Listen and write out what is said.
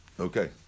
Okay